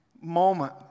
moment